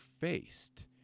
faced